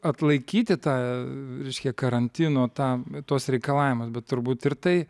atlaikyti tą reiškia karantino tą tuos reikalavimus bet turbūt ir tai